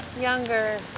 younger